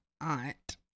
aunt